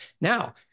Now